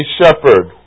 shepherd